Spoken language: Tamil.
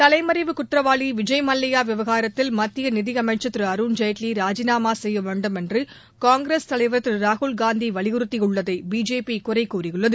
தவைமறைவு குற்றவாளி விஜய் மல்லைய்யா விவகாரத்தில் மத்திய நிதியமைச்சர் திரு அருண்ஜேட்லி ராஜினாமா செய்யவேண்டும் என்று காங்கிரஸ் தலைவர் திரு ராகுல்காந்தி வலியுறுத்தியுள்ளதை பிஜேபி குறைகூறியுள்ளது